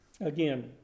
Again